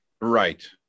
Right